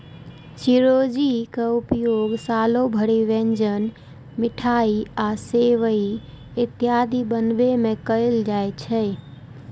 चिरौंजीक उपयोग सालो भरि व्यंजन, मिठाइ आ सेवइ इत्यादि बनाबै मे कैल जाइ छै